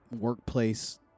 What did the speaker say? workplace